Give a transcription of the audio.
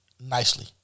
nicely